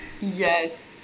yes